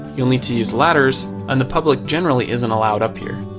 you'll need to use ladders and the public generally isn't allowed up here.